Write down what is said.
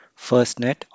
FirstNet